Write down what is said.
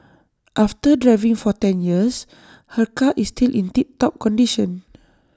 after driving for ten years her car is still in tip top condition